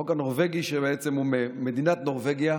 החוק הנורבגי במדינת נורבגיה